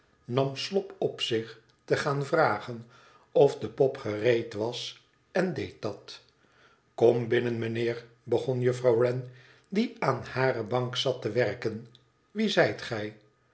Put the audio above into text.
nam slop op zich te gaan vragen of de pop gereed was en deed dat kom binnen mijnheer begon juffrouw wren die aan hare bank zat te werken wie zijt gij